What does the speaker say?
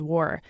War